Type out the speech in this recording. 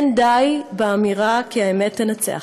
אין די באמירה כי האמת תנצח,